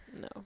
No